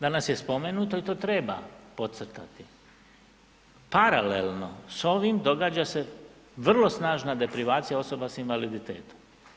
Danas je spomenuto i to treba podcrtati, paralelno s ovim događa se vrlo snažna deprivacija osoba sa invaliditetom.